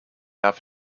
off